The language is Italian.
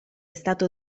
stato